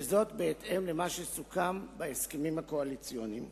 וזאת בהתאם למה שסוכם בהסכמים הקואליציוניים,